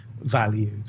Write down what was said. value